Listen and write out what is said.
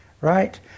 Right